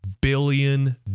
billion